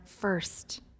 first